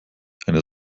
eine